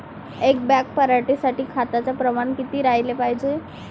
एक बॅग पराटी साठी खताचं प्रमान किती राहाले पायजे?